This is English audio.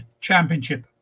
Championship